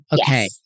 Okay